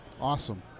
awesome